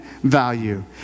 value